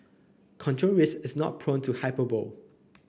control Risks is not prone to hyperbole